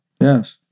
Yes